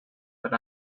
but